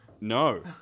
no